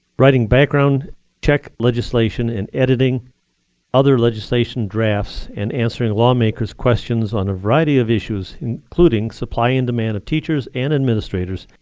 writing background check legislation, and editing other legislation drafts, and answering lawmakers' questions on a variety of issues, including supply and demand of teachers and administrators,